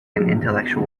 intellectual